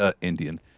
Indian